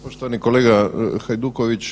Poštovani kolega Hajduković.